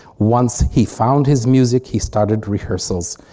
once he found his music, he started rehearsals.